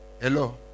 Hello